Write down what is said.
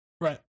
Right